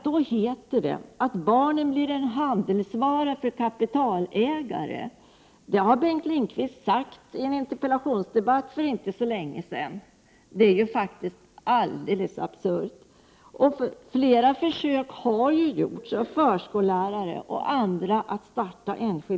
Då heter det att barnen blir en handelsvara för kapitalägare. Detta har Bengt Lindqvist uttalat i en interpellationsdebatt för inte så länge sedan, och det är ju fullständigt absurt. Flera försök att starta enskilda daghem har gjorts av förskollärare och andra.